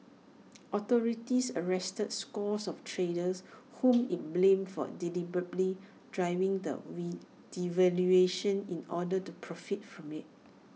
authorities arrested scores of traders whom IT blamed for deliberately driving the we devaluation in order to profit from IT